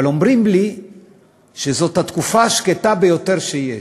אבל אומרים לי שזאת התקופה השקטה ביותר שיש.